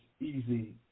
easy